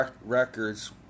records